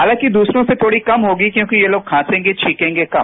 हालांकि द्रसपों से थोड़ी कम होगी क्योंकि ये लोग खांसेंगे छींकेंगे कम